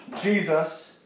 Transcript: Jesus